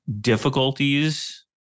difficulties